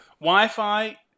Wi-Fi